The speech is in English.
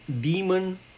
demon